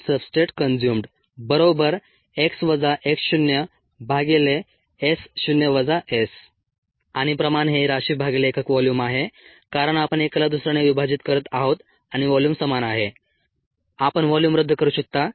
YxSamountofcellsproducedamountofsubstrateconsumedx x0S0 S आणि प्रमाण हे राशी भागिले एकक व्हॉल्यूम आहे कारण आपण एकाला दुसर्याने विभाजित करत आहोत आणि व्हॉल्यूम समान आहे आपण व्हॉल्यूम रद्द करू शकता